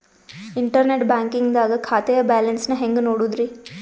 Internet banking ದಾಗ ಖಾತೆಯ balance ನ ಹೆಂಗ್ ನೋಡುದ್ರಿ?